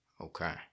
Okay